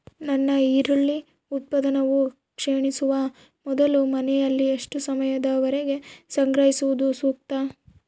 ನನ್ನ ಈರುಳ್ಳಿ ಉತ್ಪನ್ನವು ಕ್ಷೇಣಿಸುವ ಮೊದಲು ಮನೆಯಲ್ಲಿ ಎಷ್ಟು ಸಮಯದವರೆಗೆ ಸಂಗ್ರಹಿಸುವುದು ಸೂಕ್ತ?